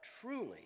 truly